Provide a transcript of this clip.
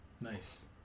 Nice